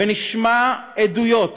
ונשמע עדויות,